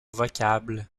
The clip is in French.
vocable